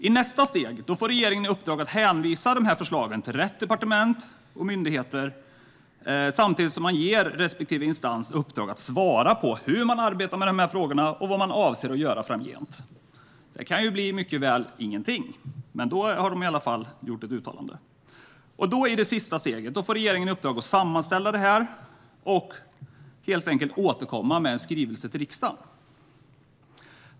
I nästa steg får regeringen i uppdrag att hänvisa förslagen till rätt departement och myndigheter samtidigt som man ger respektive instans i uppdrag att svara på hur man arbetar med frågorna och vad man avser att göra framgent. Det kan bli mycket väl ingenting, men då har de i alla fall gjort ett uttalande. I det sista steget får regeringen i uppdrag att sammanställa materialet och helt enkelt återkomma med en skrivelse till riksdagen.